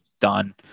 done